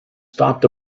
stopped